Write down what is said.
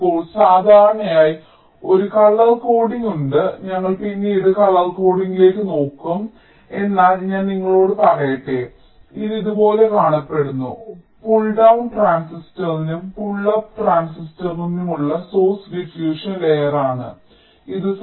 ഇപ്പോൾ സാധാരണയായി ഒരു കളർ കോഡിംഗ് ഉണ്ട് ഞങ്ങൾ പിന്നീട് കളർ കോഡിംഗിലേക്ക് നോക്കും എന്നാൽ ഞാൻ നിങ്ങളോട് പറയട്ടെ ഇത് ഇതുപോലെ കാണപ്പെടുന്നു പുൾ ഡൌൺ ട്രാൻസിസ്റ്ററിനും പുൾ അപ്പ് ട്രാൻസിസ്റ്റർ നുമുള്ള സോഴ്സ് ഡിഫ്യുഷൻ ലെയർ ആണ് ഇത്